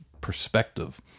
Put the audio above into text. perspective